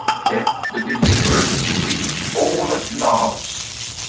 death the deliverer freeth all at last.